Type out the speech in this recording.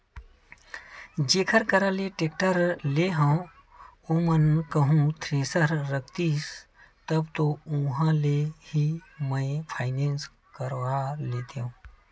जेखर करा ले टेक्टर लेय हव ओमन ह कहूँ थेरेसर रखतिस तब तो उहाँ ले ही मैय फायनेंस करा लेतेव